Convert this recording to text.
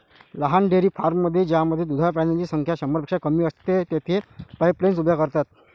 लहान डेअरी फार्ममध्ये ज्यामध्ये दुधाळ प्राण्यांची संख्या शंभरपेक्षा कमी असते, तेथे पाईपलाईन्स उभ्या करतात